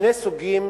שני סוגים